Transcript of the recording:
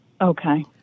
Okay